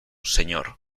señor